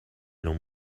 l’ont